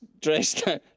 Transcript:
dressed